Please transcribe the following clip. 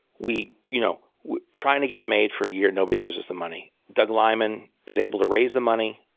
we you know we trying to get it made for a year. nobody gives us the money. doug liman was able to raise the money,